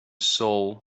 soul